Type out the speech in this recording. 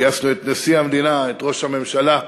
גייסנו את נשיא המדינה, את ראש הממשלה,